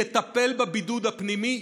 יטפל בבידוד הפנימי.